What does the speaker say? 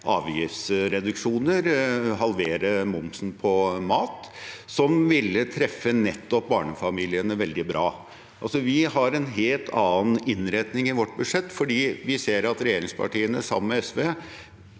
avgiftsreduksjoner, halvere momsen på mat, noe som ville treffe nettopp barnefamiliene veldig bra. Vi har en helt annen innretning i vårt budsjett. Vi ser at regjeringspartiene, sammen med SV,